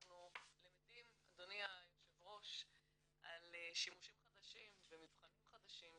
אנחנו למדים אדוני היושב ראש על שימושים חדשים ומבחנים חדשים,